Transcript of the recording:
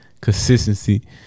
Consistency